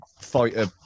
fighter